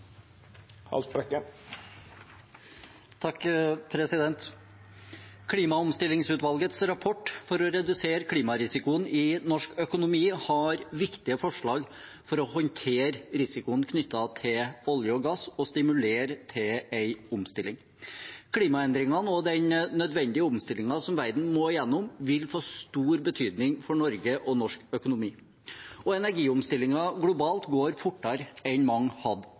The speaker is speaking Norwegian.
Klimaomstillingsutvalgets rapport for å redusere klimarisikoen i norsk økonomi har viktige forslag for å håndtere risikoen knyttet til olje og gass og stimulere til en omstilling. Klimaendringene og den nødvendige omstillingen som verden må gjennom, vil få stor betydning for Norge og norsk økonomi. Energiomstillingen globalt går fortere enn mange hadde